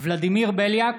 ולדימיר בליאק,